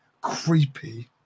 creepy